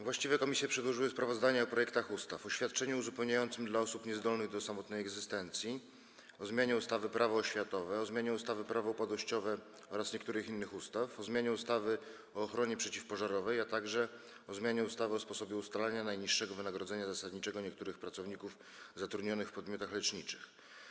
Właściwe komisje przedłożyły sprawozdania o projektach ustaw: - o świadczeniu uzupełniającym dla osób niezdolnych do samotnej egzystencji, - o zmianie ustawy Prawo oświatowe, - o zmianie ustawy Prawo upadłościowe oraz niektórych innych ustaw, - o zmianie ustawy o ochronie przeciwpożarowej, - o zmianie ustawy o sposobie ustalania najniższego wynagrodzenia zasadniczego niektórych pracowników zatrudnionych w podmiotach leczniczych.